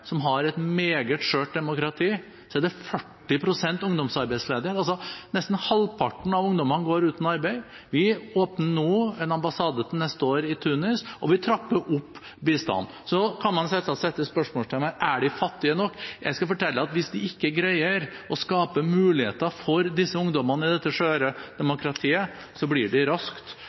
som har et meget skjørt demokrati, er det 40 pst. ungdomsarbeidsledighet. Nesten halvparten av ungdommene går uten arbeid. Vi åpner en ambassade i Tunis neste år, og vi trapper opp bistanden. Så kan man selvsagt sette spørsmålstegn ved om de er fattige nok. Jeg skal fortelle at hvis de ikke greier å skape muligheter for disse ungdommene i dette skjøre demokratiet, blir det raskt